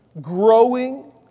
growing